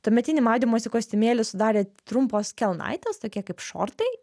tuometinį maudymosi kostiumėlį sudarė trumpos kelnaitės tokie kaip šortai